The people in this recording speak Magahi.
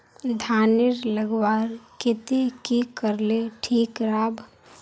धानेर लगवार केते की करले ठीक राब?